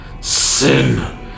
Sin